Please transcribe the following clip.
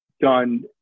done